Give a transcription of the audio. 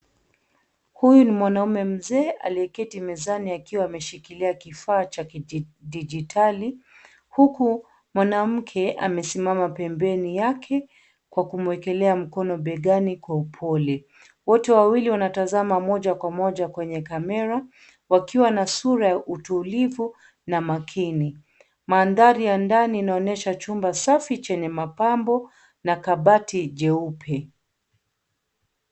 Huyu ni mwanaume mzee, aliyeketi mezani akiwa ameshikilia kifaa cha kidijitali, huku mwanamke amesimama pembeni yake kwa kumwekelea mkono begani kwa upole. Wote wawili wanatazama moja kwa moja kwenye kamera, wakiwa na sura ya utulivu na makini. Mandhari ya ndani inaonyesha chumba safi chenye mapambo na kabati jeupe.